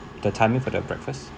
the timing for the breakfast